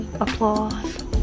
applause